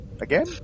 Again